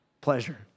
pleasure